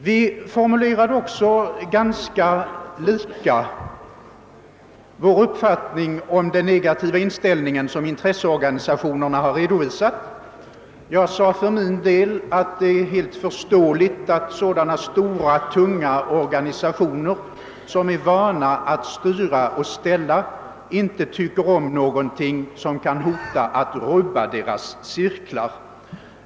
Vi formulerade också ganska lika vår uppfattning om den negativa inställning som intresseorganisationerna har redovisat. Jag sade för min del att det är helt förståeligt att sådana stora, tunga organisationer som är vana att styra och ställa inte tycker om någonting som kan hota att rubba deras cirklar.